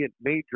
major